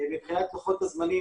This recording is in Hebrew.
מבחינת לוחות הזמנים,